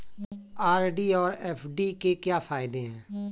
RD और FD के क्या फायदे हैं?